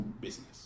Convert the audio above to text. business